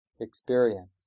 experience